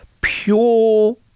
pure